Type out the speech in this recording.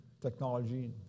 technology